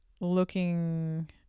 looking